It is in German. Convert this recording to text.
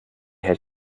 hält